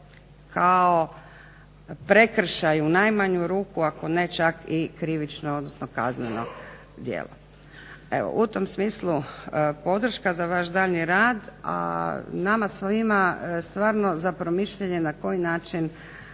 kao prekršaj u najmanju ruku ako ne čak i krivično odnosno kazneno djelo. Evo, u tom smislu podrška za naš daljnji rad, nama svima zapravo mišljenje na koji način